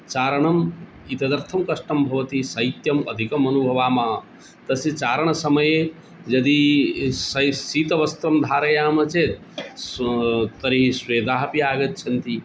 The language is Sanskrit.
चारणम् एतदर्थं कष्टं भवति शैत्यम् अधिकम् अनुभवामः तस्य चारणसमये यदि शिरश्शीतवस्त्रं धारयामः चेत् स्व तर्हि स्वेदाः अपि आगच्छन्ति